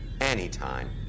anytime